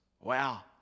Wow